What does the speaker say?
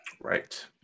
Right